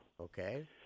Okay